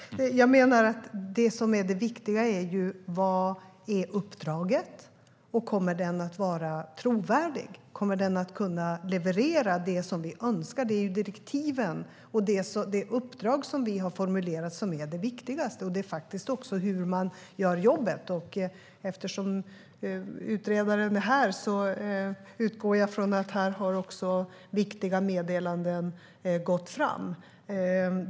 Herr talman! Nu sa du något väldigt viktigt, Hans Linde. Det viktiga är vad som är uppdraget och om det kommer att vara trovärdigt, om det kommer att kunna leverera det som vi önskar. Det viktigaste är direktiven och det uppdrag som vi formulerat, samt hur jobbet görs. Eftersom utredaren är närvarande utgår jag från att viktiga meddelanden har gått fram.